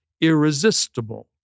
irresistible